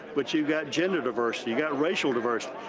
but you've got gender diversity, you've got racial diversity.